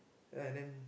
ya and then